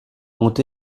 ont